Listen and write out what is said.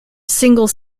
single